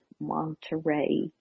Monterey